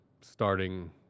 starting